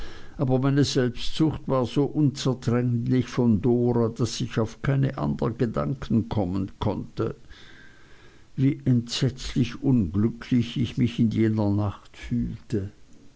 aber meine selbstsucht war so unzertrennlich von dora daß ich auf keine andern gedanken kommen konnte wie entsetzlich unglücklich ich mich in jener nacht fühlte